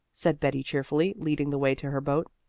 said betty, cheerfully, leading the way to her boat.